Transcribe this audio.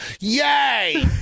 Yay